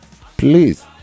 Please